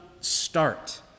start